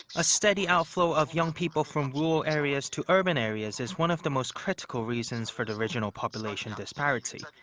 a steady outflow of young people from rural areas to urban areas is one of the most critical reasons for the regional population disparity.